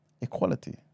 Equality